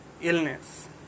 illness